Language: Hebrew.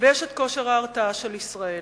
ויש כושר ההרתעה של ישראל,